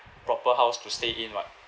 proper house to stay in [what]